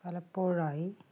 പലപ്പോഴായി